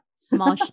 small